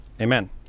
amen